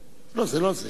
זה לא זה.